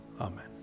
Amen